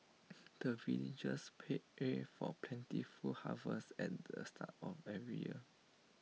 the villagers pray for plentiful harvest at the start of every year